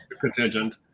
contingent